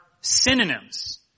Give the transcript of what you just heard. synonyms